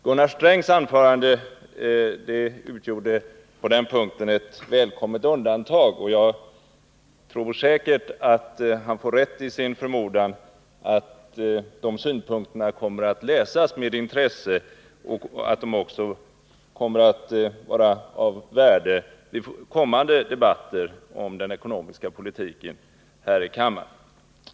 Gunnar Strängs anförande utgjorde på den punkten ett välkommet undantag, och jag tror att han får rätt i sin förmodan att de synpunkterna kommer att läsas med intresse och att de också kommer att vara av värde i kommande debatter om den ekonomiska politiken.